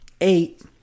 Eight